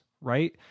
right